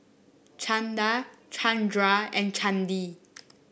Chanda Chandra and Chandi